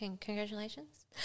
congratulations